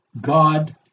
God